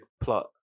plot